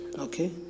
okay